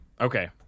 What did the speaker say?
okay